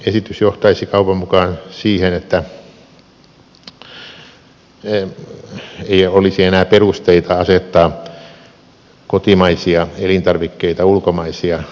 esitys johtaisi kaupan mukaan siihen että ei olisi enää perusteita asettaa kotimaisia elintarvikkeita ulkomaisia parempaan asemaan